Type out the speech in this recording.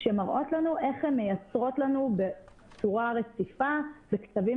שמראות לנו איך הן מייצרות לנו בצורה רצופה וקצבים